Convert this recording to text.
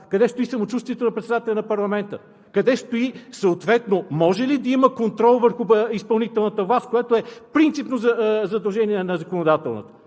къде стои самочувствието на председателя на парламента, къде стои съответно. Може ли да има контрол върху изпълнителната власт, която е принципно задължение на законодателната?